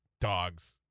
dogs